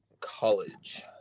college